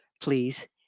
Please